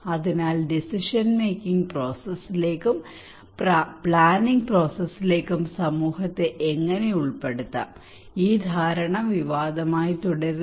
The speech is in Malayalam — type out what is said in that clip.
അതിനാൽ ഡിസിഷൻ മേക്കിങ് പ്രോസസ്സിലേക്കും പ്ലാനിംഗ് പ്രോസസ്സിലേക്കും സമൂഹത്തെ എങ്ങനെ ഉൾപ്പെടുത്താം ഈ ധാരണ വിവാദമായി തുടരുന്നു